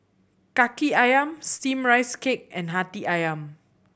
Kaki Ayam Steamed Rice Cake and Hati Ayam